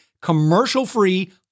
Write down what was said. commercial-free